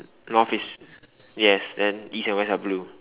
North is yes then east and west are blue